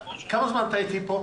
כמה זמן אתה איתי פה?